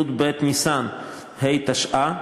י"ב בניסן התשע"ה,